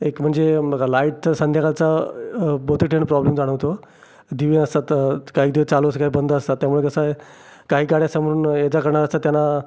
एक म्हणजे बघा लाईटचा संध्याकाळचा बहुतेक ठिकाणी प्रॉब्लेम जाणवतो दिवे असतात काही दिवस चालू असतात काही बंद असतात त्यामुळे कसं आहे काही गाड्या समोरून येजा करणाऱ्या असतात त्यांना